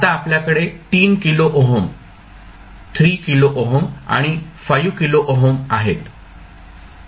आता आपल्याकडे 3 kilo ohm आणि 5 किलो ओहम रेसिस्टर आहेत